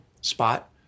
spot